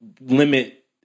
limit